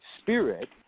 spirit